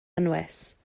anwes